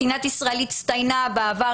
מדינת ישראל הצטיינה בעבר,